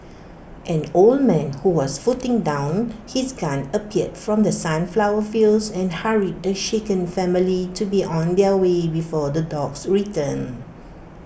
an old man who was putting down his gun appeared from the sunflower fields and hurried the shaken family to be on their way before the dogs return